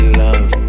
love